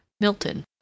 milton